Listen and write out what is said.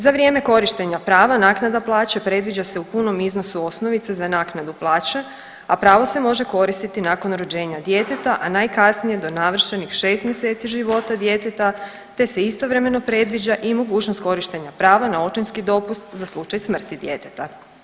Za vrijeme korištenja prava naknada plaće predviđa se u punom iznosu osnovice za naknadu plaće, a pravo se može koristiti nakon rođenja djeteta, a najkasnije do navršenih 6 mjeseci života djeteta te se istovremeno predviđa i mogućnost korištenja prava na očinski dopust za slučaj smrti djeteta.